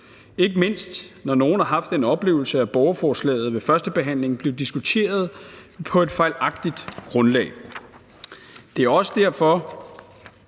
ikke mindst når nogle har haft den oplevelse, at borgerforslaget ved førstebehandlingen blev diskuteret på et fejlagtigt grundlag.